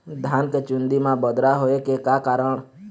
धान के चुन्दी मा बदरा होय के का कारण?